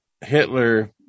Hitler